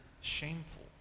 shameful